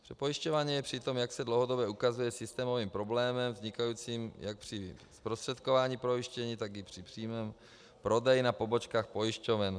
Přepojišťování je přitom, jak se dlouhodobě ukazuje, systémovým problémem vznikajícím jak při zprostředkování pojištění, tak i při přímém prodeji na pobočkách pojišťoven.